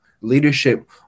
Leadership